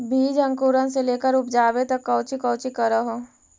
बीज अंकुरण से लेकर उपजाबे तक कौची कौची कर हो?